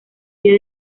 vía